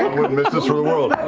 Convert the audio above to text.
wouldn't miss this for the world.